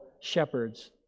shepherds